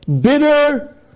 bitter